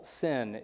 sin